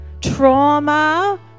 Trauma